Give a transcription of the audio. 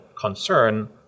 concern